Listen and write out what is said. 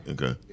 Okay